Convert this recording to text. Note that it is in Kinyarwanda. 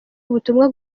ubutumwa